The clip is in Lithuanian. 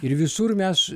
ir visur mes